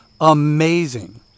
amazing